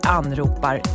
anropar